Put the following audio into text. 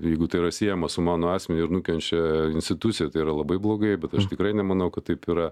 jeigu tai yra siejama su mano asmeniu ir nukenčia institucija tai yra labai blogai bet aš tikrai nemanau kad taip yra